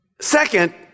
Second